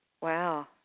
Wow